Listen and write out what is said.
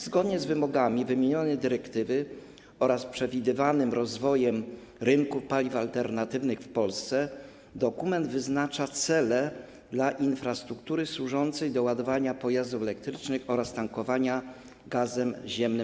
Zgodnie z wymogami wymienionej dyrektywy oraz z przewidywanym rozwojem rynku paliw alternatywnych w Polsce dokument wyznacza cele dla infrastruktury służącej do ładowania pojazdów elektrycznych oraz do tankowania pojazdów gazem ziemnym.